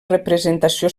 representació